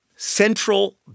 Central